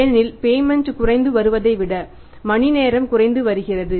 ஏனெனில் பேமென்ட் குறைந்து வருவதை விட மணி நேரம் குறைந்து வருகிறது